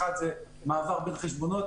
אז עכשיו הם חייבים לסיים את הרישיון שלהם.